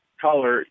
color